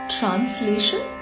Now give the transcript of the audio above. Translation